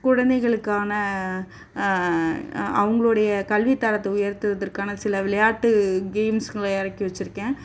குழந்தைகளுக்கான அவங்களோடைய கல்வித்தரத்தை உயர்த்துவதற்கான சில விளையாட்டு கேம்ஸுங்களை இறக்கி வச்சுருக்கேன்